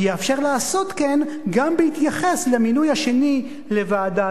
לעשות כן גם בהתייחס למינוי השני לוועדה זו.